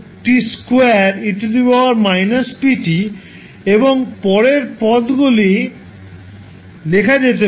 t2 e ptএবং পরের পদগুলো লেখা যেতে পারে